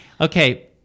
Okay